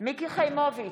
מיקי חיימוביץ'